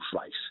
race